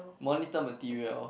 monitor material